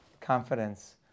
confidence